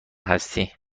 هستی